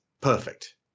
perfect